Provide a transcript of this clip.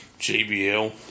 JBL